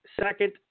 second